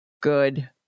good